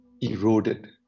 eroded